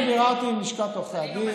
אני ביררתי עם לשכת עורכי הדין,